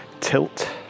tilt